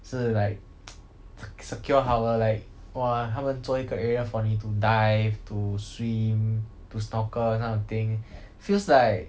是 like se~ secure 好的 like !wah! 他们做一个 area for 你 to dive to swim to snorkel these kind of thing feels like